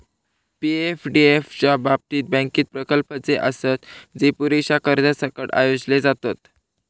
पी.एफडीएफ च्या बाबतीत, बँकेत प्रकल्प जे आसत, जे पुरेशा कर्जासकट आयोजले जातत